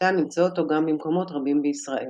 ניתן למצוא אותו גם במקומות רבים בישראל.